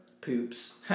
poops